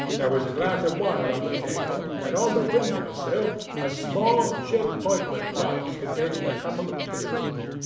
there was a glass of water on the table, and on the window-sill a small chip ointment box containing a couple of pills.